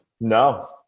No